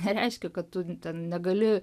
nereiškia kad tu ten negali